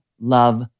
love